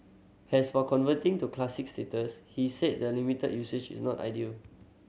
as for converting to Classic status he said the limited usage is not ideal